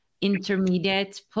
intermediate